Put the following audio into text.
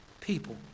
people